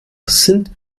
sind